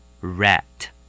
Rat